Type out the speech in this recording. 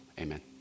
Amen